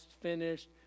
finished